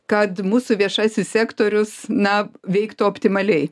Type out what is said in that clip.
kad mūsų viešasis sektorius na veiktų optimaliai